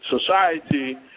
society